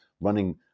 running